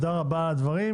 על הדברים,